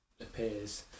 appears